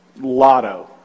lotto